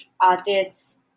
artists